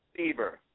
Bieber